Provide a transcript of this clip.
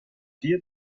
vier